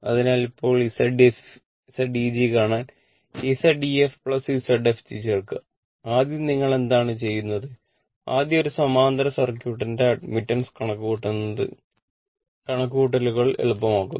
അതിനാൽ ഇപ്പോൾ Zeg കാണാൻ Z ef Zfg ചേർക്കുക ആദ്യം നിങ്ങൾ എന്താണ് ചെയ്യുന്നത് ആദ്യം ഒരു സമാന്തര സർക്യൂട്ടിന്റെ അഡ്മിറ്റാൻസ് കണക്കാക്കുന്നത് കണക്കുകൂട്ടലുകൾ എളുപ്പമാക്കുന്നു